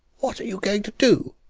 what are you going to do?